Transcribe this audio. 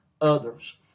others